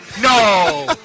No